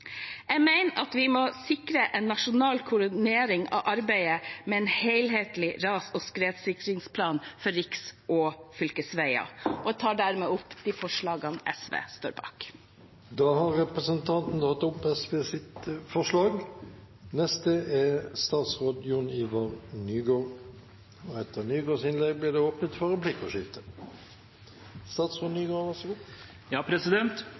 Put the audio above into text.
Jeg mener at vi må sikre en nasjonal koordinering av arbeidet med en helhetlig ras- og skredsikringsplan for riks- og fylkesveier. Jeg tar dermed opp SVs forslag. Representanten Mona Fagerås har tatt opp